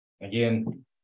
Again